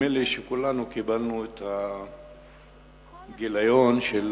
נדמה לי שכולנו קיבלנו את הגיליון של